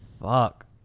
fuck